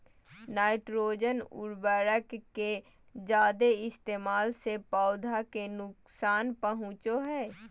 nitrogen उर्वरक के जादे इस्तेमाल से पौधा के नुकसान पहुंचो हय